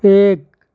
ایک